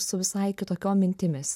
su visai kitokiom mintimis